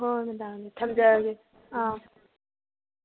ꯍꯣꯏ ꯍꯣꯏ ꯃꯦꯗꯥꯝ ꯑꯗꯨꯗꯤ ꯊꯝꯖꯔꯒꯦ ꯑꯥ